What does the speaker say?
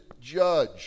judge